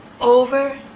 over